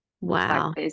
wow